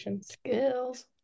...skills